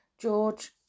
George